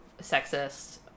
sexist